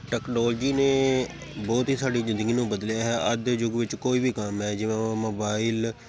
technology ਨੇ ਬਹੁਤ ਹੀ ਸਾਡੀ ਜ਼ਿੰਦਗੀ ਨੂੰ ਬਦਲਿਆ ਹੈ ਅੱਜ ਦੇ ਯੁੱਗ ਵਿੱਚ ਕੋਈ ਵੀ ਕੰਮ ਹੈ ਜਿਵੇਂ ਮੋਬਾਈਲ